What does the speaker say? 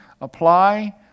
apply